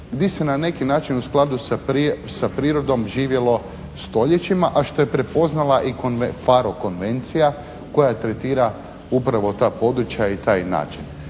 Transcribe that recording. gdje se na neki način u skladu sa prirodom živjelo stoljećima a što je prepoznala FARO Konvencija koja tretira upravo ta područja i taj način.